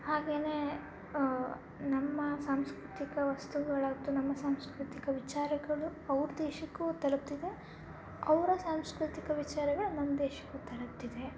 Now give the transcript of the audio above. ಹಾಗೆಯೇ ನಮ್ಮ ಸಾಂಸ್ಕೃತಿಕ ವಸ್ತುಗಳು ನಮ್ಮ ಸಾಂಸ್ಕೃತಿಕ ವಿಚಾರಗಳು ಅವ್ರ ದೇಶಕ್ಕೂ ತಲುಪ್ತಿದೆ ಅವರ ಸಾಂಸ್ಕೃತಿಕ ವಿಚಾರಗಳು ನಮ್ಮ ದೇಶಕ್ಕೂ ತರುತ್ತಿದೆ